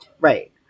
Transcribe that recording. Right